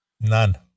None